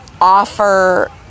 offer